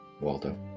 Waldo